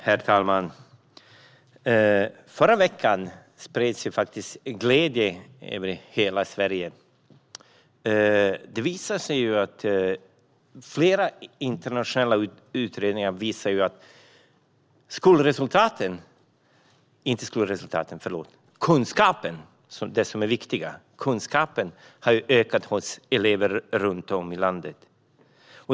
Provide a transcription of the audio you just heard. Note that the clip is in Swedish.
Herr talman! Förra veckan spred sig glädje över hela Sverige. Flera internationella utredningar visar att kunskapen har ökat hos eleverna runt om i landet.